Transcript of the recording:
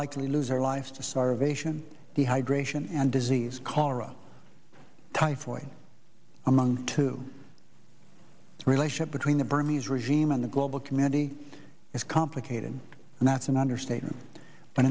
likely lose their lives to starvation dehydration and disease cholera typhoid among two relationship between the bernese regime and the global community is complicated and that's an understatement but